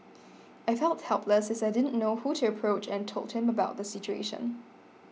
I felt helpless as I didn't know who to approach and told him about the situation